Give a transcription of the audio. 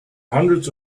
hundreds